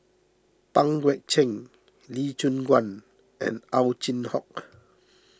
Pang Guek Cheng Lee Choon Guan and Ow Chin Hock